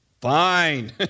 Fine